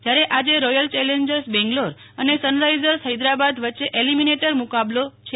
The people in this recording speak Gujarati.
જ્યારે આજે રોયલ ચેલેન્જર્સ બેંગ્લોર અને સરનરાઈઝર્સ હૈદરાબાદ વચ્ચે ઐલિમિનેટર મુકાબલો છે